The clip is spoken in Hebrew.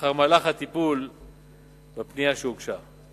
אחר מהלך הטיפול בפנייה שהוגשה.